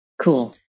Cool